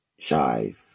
Shive